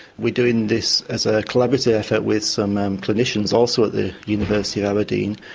we're doing this as a collaborative effort with some um clinicians also at the university of aberdeen,